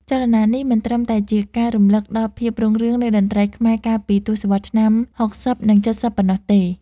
ចលនានេះមិនត្រឹមតែជាការរំលឹកដល់ភាពរុងរឿងនៃតន្ត្រីខ្មែរកាលពីទសវត្សរ៍ឆ្នាំ ៦០ និង ៧០ ប៉ុណ្ណោះទេ។